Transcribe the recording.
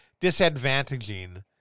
disadvantaging